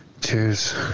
Cheers